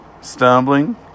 stumbling